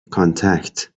contact